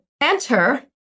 enter